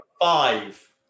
five